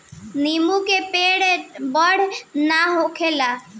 नीबू के पेड़ बड़ ना होला